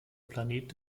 planet